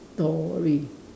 story